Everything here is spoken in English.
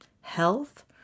health